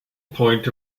point